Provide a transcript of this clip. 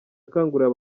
akangurira